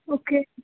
okay